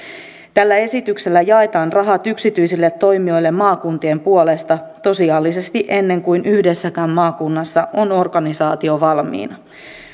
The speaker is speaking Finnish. tällä esityksellä jaetaan rahat yksityisille toimijoille maakuntien puolesta tosiasiallisesti ennen kuin yhdessäkään maakunnassa on organisaatio valmiina